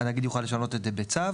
שהנגיד יוכל לשנות את זה בצו.